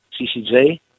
CCJ